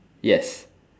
yes